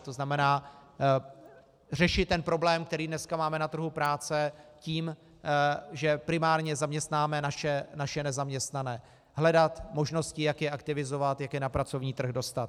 To znamená, řešit problém, který dneska máme na trhu práce, tím, že primárně zaměstnáme naše nezaměstnané, hledat možnosti, jak je aktivizovat, jak je na pracovní trh dostat.